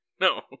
No